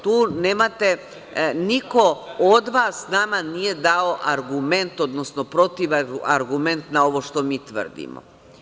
Tu nemate, niko od vas nama nije dao argument, odnosno protiv argument, na ovo što mi tvrdimo.